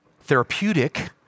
therapeutic